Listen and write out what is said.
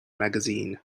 magazine